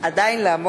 (חברי הכנסת מקדמים בקימה את פני נשיא המדינה.) (תרועת חצוצרות)